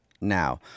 now